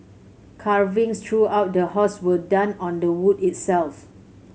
carvings throughout the house were done on the wood itself